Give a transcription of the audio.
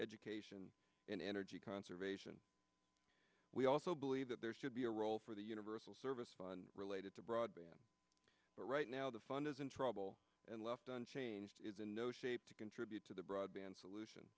education and energy conservation we also believe that there should be a role for the universal service fund related to broadband but right now the fund is in trouble and left on change is in no shape to contribute to the broadband solution